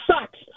sucks